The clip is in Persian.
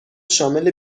شامل